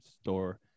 store